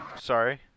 Sorry